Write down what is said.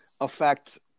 affect